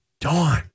Dawn